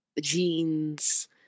jeans